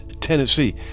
Tennessee